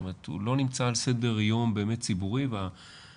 זאת אומרת הוא לא נמצא על סדר יום באמת ציבורי וההשלכות